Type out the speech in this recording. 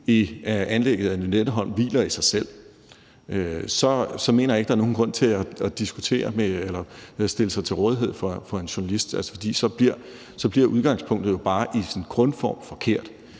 i anlægget af Lynetteholm hviler i sig selv, mener jeg ikke, der er nogen grund til at diskutere med eller stille sig til rådighed for en journalist, for så bliver udgangspunktet jo bare i sin grundform forkert.